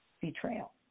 betrayal